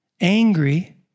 Angry